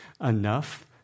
enough